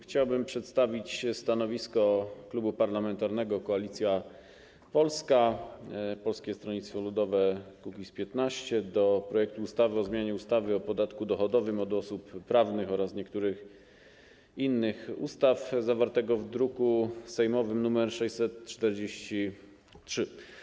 Chciałbym przedstawić stanowisko Klubu Parlamentarnego Koalicja Polska - Polskie Stronnictwo Ludowe - Kukiz15 dotyczące projektu ustawy o zmianie ustawy o podatku dochodowym od osób prawnych oraz niektórych innych ustaw, zawartego w druku sejmowym nr 643.